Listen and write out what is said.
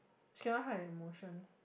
she cannot hide emotions